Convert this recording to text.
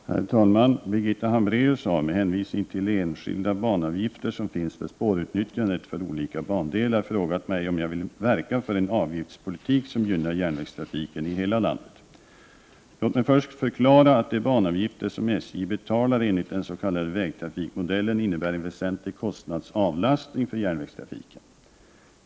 Herr talman! Birgitta Hambraeus har, med hänvisning till de skilda banavgifter som finns för spårutnyttjandet för olika bandelar, frågat mig om jag vill verka för en avgiftspolitik som gynnar järnvägstrafiken i hela landet. Låt mig först förklara att de banavgifter som SJ betalar enligt den s.k. vägtrafikmodellen innebär en väsentlig kostnadsavlastning för järnvägstrafiken.